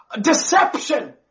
deception